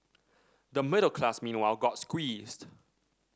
the middle class meanwhile got squeezed